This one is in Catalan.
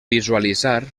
visualitzar